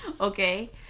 Okay